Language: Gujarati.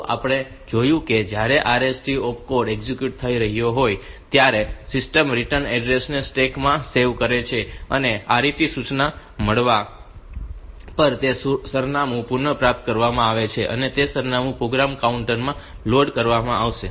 તો આપણે જોયું છે કે જ્યારે RST ઓપકોડ એક્ઝિક્યુટ થઈ રહ્યો હોય ત્યારે સિસ્ટમ રીટર્ન એડ્રેસને સ્ટેક માં સેવ કરે છે અને RET સૂચના મળવા પર તે સરનામું પુનઃપ્રાપ્ત કરવામાં આવે છે અને તે સરનામું પ્રોગ્રામ કાઉન્ટર માં લોડ કરવામાં આવશે